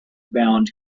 bound